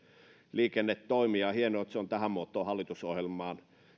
toimi on hienoa että se on tähän muotoon hallitusohjelmaan